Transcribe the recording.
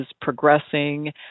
progressing